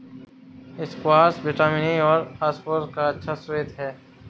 squash vitamin A और phosphorus का अच्छा श्रोत है